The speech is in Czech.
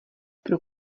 pro